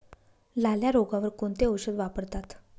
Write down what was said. लाल्या रोगावर कोणते औषध वापरतात?